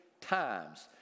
times